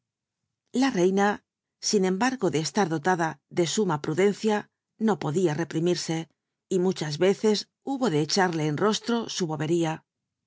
la reina sin embargo tle estar dolada ele suma prudencia no potlia reprimirse y murha l ccs huho de echarle en rostro su boberla